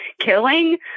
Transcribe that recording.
killing